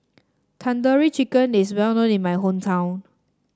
Tandoori Chicken is well known in my hometown